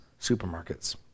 supermarkets